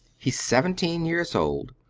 he's seventeen years old,